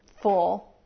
full